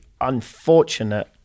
unfortunate